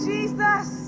Jesus